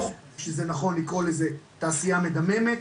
חושב שזה נכון לקרוא לזה "תעשייה מדממת".